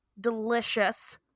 delicious